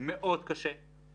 זה אגף שיקום של נכי צה"ל.